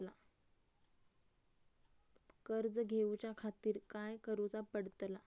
कर्ज घेऊच्या खातीर काय करुचा पडतला?